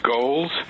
goals